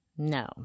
No